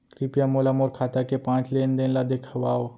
कृपया मोला मोर खाता के पाँच लेन देन ला देखवाव